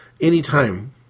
Anytime